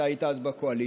אתה היית אז בקואליציה,